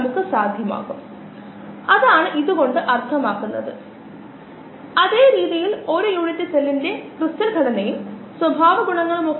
ഉദാഹരണത്തിന് ഇത് നമ്മൾ കാണുന്ന 1 ഗ്ലൂക്കോസ് തന്മാത്രയാണ് ഇത് ഇവിടെ ഓക്സിജനാണ് ഞാൻ സൂചിപ്പിച്ചിട്ടില്ല പക്ഷെ ഇത് ഓക്സിജനാണ് ഇത് carbon 1 carbon 2 carbon 3 carbon 4 carbon 5 carbon 6 C6H12O6 ആണ്